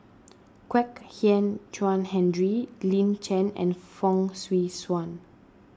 Kwek Hian Chuan Henry Lin Chen and Fong Swee Suan